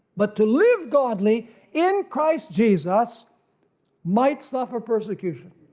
but to live godly in christ jesus might suffer persecution.